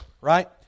right